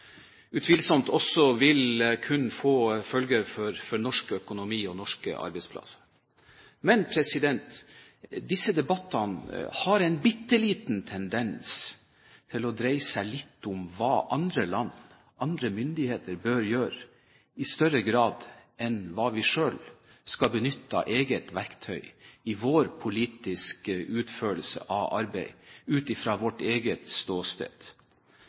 utvilsomt også vil kunne få følger for norsk økonomi og norske arbeidsplasser. Men disse debattene har en bitte liten tendens til å dreie seg litt om hva andre land, andre myndigheter bør gjøre i større grad enn hva vi selv skal benytte av eget verktøy i vår politiske utførelse av arbeid ut fra vårt eget ståsted.